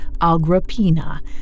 Agrippina